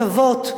של הטבות.